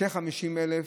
כ-50,000